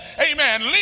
Amen